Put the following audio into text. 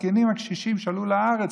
הזקנים הקשישים שעלו לארץ.